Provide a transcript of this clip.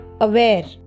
aware